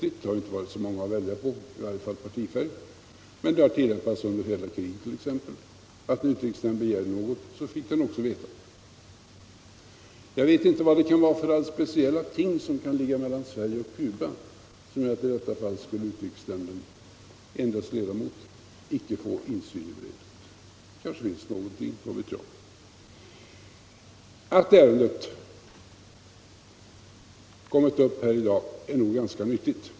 Det har ju inte funnits så många regeringar att välja på — i varje fall inte i fråga om partifärg. Den regeln tillämpades under hela kriget t.ex., att om utrikesnämnden begärde att få veta något så fick den också veta det. Jag vet inte vad det kan vara för speciella ting mellan Sverige och Cuba som kan göra att i detta fall utrikesnämndens ledamöter icke skulle få insyn i breven. Det kanske finns någonting — vad vet jag! Att ärendet kommit upp här i dag är nog ganska nyttigt.